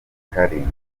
karindwi